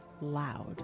loud